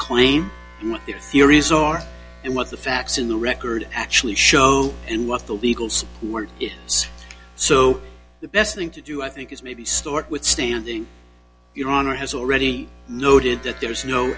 claim the theories are and what the facts in the record actually show and what the legal support is so the best thing to do i think is maybe start with standing your honor has already noted that there is no